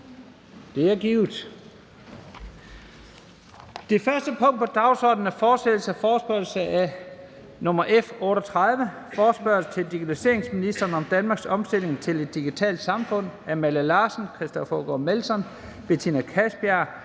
Det er givet. --- Det første punkt på dagsordenen er: 1) Fortsættelse af forespørgsel nr. F 38 [afstemning]: Forespørgsel til digitaliseringsministeren om Danmarks omstilling til et digitalt samfund. Af Malte Larsen (S), Christoffer Aagaard Melson (V), Betina Kastbjerg